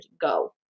go